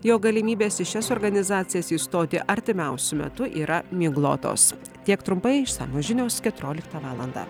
jog galimybės į šias organizacijas įstoti artimiausiu metu yra miglotos tiek trumpai išsamios žinios keturioliktą valandą